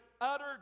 utter